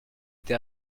été